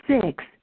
six